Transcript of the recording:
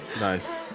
Nice